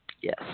Yes